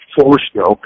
four-stroke